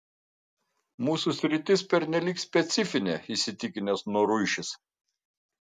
mūsų sritis pernelyg specifinė įsitikinęs noruišis